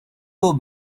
too